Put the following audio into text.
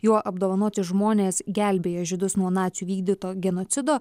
juo apdovanoti žmonės gelbėję žydus nuo nacių vykdyto genocido